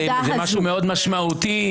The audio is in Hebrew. זה משהו מאוד משמעותי.